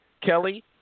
Kelly